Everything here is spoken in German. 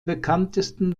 bekanntesten